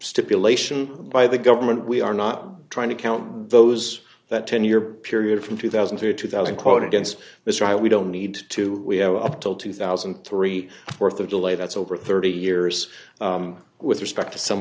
stipulation by the government we are not trying to count those that ten year period from two thousand to two thousand quote against this trial we don't need to we have up till two thousand and three worth of delay that's over thirty years with respect to some